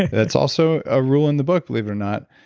that's also a rule in the book, believe it or not,